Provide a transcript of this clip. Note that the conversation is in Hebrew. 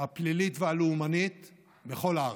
הפלילית והלאומנית בכל הארץ.